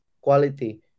quality